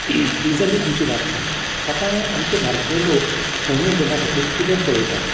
ही जाली आमची वाटचाल आतां आमचे भारतीय लोक मनोरंजना खातीर किदें पळयतात